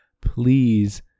Please